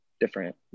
different